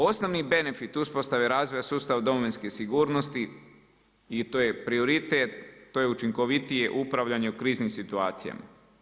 Osnovni benefit uspostave razvoja sustav Domovinske sigurnosti, i to je prioritet, to je učinkovitije upravljanje u kriznim situacijama.